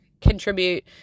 contribute